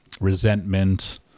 resentment